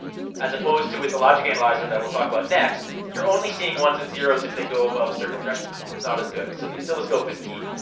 as opposed to, with the logic analyzer, that we'll talk about next. you're only seeing ones and zeroes, if they go above certain thresholds, which but is not as good. so, the oscilloscope is key.